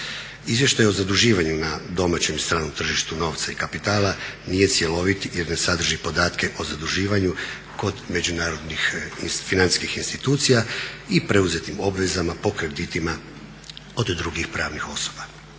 Izvještaj o zaduživanju na domaćem i stranom tržištu novca i kapitala nije cjelovit jer ne sadrži podatke o zaduživanju kod međunarodnih financijskih institucija i preuzetim obvezama po kreditima od drugih pravnih osoba.